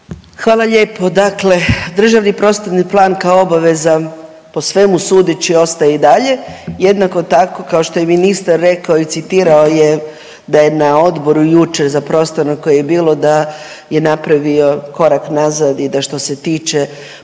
Hvala lijepo. Dakle, državni prostorni plan kao obaveza po svemu sudeći ostaje i dalje. Jednako tako kao što je i ministar rekao i citirao je da je na odboru jučer za prostorno koje je bilo da je napravio korak nazad i da što se tiče